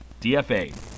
DFA